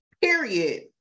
period